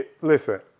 Listen